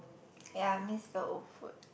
ya miss the old food